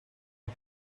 odd